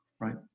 Right